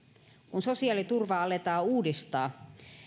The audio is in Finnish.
kun sosiaaliturvaa aletaan uudistaa